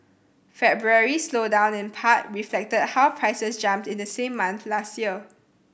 February's slowdown in part reflected how prices jumped in the same month last year